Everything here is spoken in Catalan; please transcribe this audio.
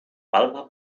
palma